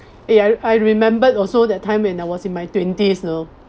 eh I I remembered also that time when I was in my twenties you know